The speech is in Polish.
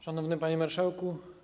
Szanowny Panie Marszałku!